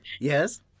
yes